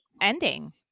ending